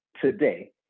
today